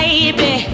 Baby